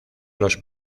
los